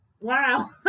Wow